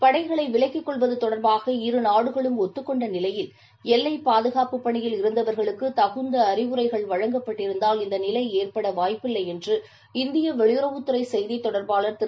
படைகளை விலக்கிக் கொள்வது தொடர்பாக இரு நாடுகளும் ஒத்துக் கொண்ட நிலையில் எல்லை பாதுகாப்புப் பணியில் இருந்தவர்களுக்கு தகுந்த அறிவுரைகள் வழங்கப்பட்டிருந்தால் இந்த நிலை ஏற்பட வாய்ப்பில்லை என்று இந்திய வெளியுறவுத் துறை செய்தித் தொடர்பாளர் திரு